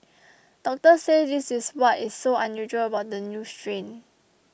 doctors said this is what is so unusual about the new strain